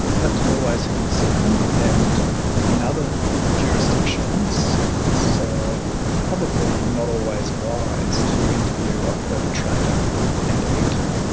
that's always a concern, and in other jurisdictions it's probably not always wise to interview a perpetrator and a victim.